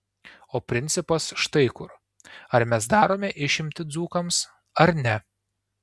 o principas štai kur ar mes darome išimtį dzūkams ar ne